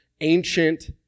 ancient